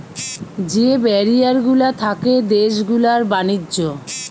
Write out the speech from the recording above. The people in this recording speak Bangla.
যে ব্যারিয়ার গুলা থাকে দেশ গুলার ব্যাণিজ্য